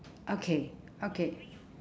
okay okay